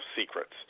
secrets